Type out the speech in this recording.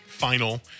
final